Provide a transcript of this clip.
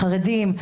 חרדים,